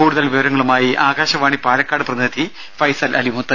കൂടുതൽ വിവരങ്ങളുമായി ആകാശവാണി പാലക്കാട് പ്രതിനിധി ഫൈസൽ അലിമുത്ത്